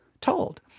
told